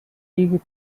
eager